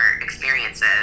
experiences